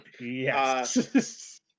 Yes